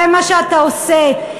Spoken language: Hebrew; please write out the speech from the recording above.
זה מה שאתה עושה.